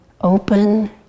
open